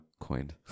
coined